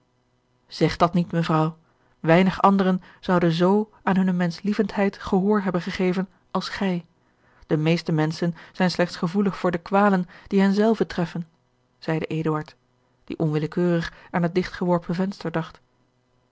zeg dat niet mevrouw weinig anderen zouden zoo aan hunne menschlievendheid gehoor hebben gegeven als gij de meeste menschen zijn slechts gevoelig voor de kwalen die hen zelven treffen zeide eduard die onwillekeurig aan het digt geworpen venster